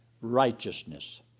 righteousness